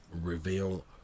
reveal